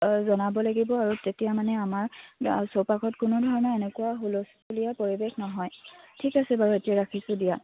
জনাব লাগিব আৰু তেতিয়া মানে আমাৰ চৌপাশত কোনো ধৰণৰ এনেকুৱা হুলস্থলীয়া পৰিৱেশ নহয় ঠিক আছে বাৰু এতিয়া ৰাখিছোঁ দিয়া